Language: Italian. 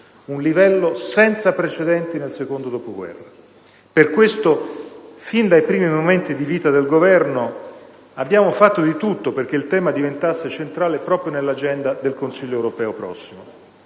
un livello senza precedenti nel secondo dopoguerra. Per questo, fin dai primi momenti di vita del Governo, abbiamo fatto di tutto perché il tema diventasse centrale proprio nell'agenda del Consiglio europeo prossimo.